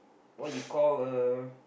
what you call a